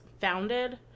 founded